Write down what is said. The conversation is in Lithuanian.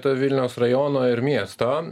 to vilniaus rajono ir miesto